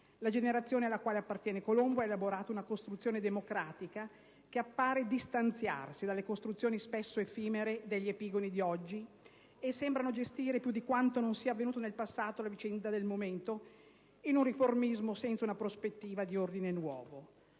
La generazione alla quale appartiene Colombo ha elaborato una costruzione democratica che appare distanziarsi dalle costruzioni spesso effimere degli epigoni di oggi, che sembrano gestire più di quanto non sia avvenuto nel passato la vicenda del momento, in un riformismo senza una prospettiva di ordine nuovo.